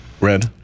Red